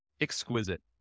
Exquisite